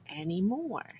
anymore